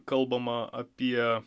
kalbama apie